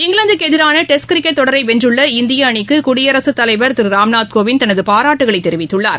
இங்கிலாந்துக்குஎதிரானடெஸ்ட் cricket தொடரைவென்றள்ள இந்தியஅணிக்குகுடியரசுத் தலைவர் திருராம்நாத்கோவிந்த் தனதுபாராட்டுக்களைதெரிவித்துள்ளார்